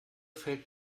fällt